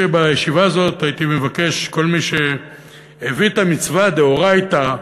שבישיבה הזאת הייתי מבקש מכל מי שהביא את המצווה דאורייתא,